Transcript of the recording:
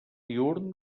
diürn